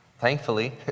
thankfully